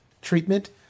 treatment